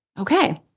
Okay